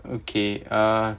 okay uh